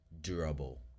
durable